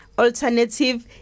alternative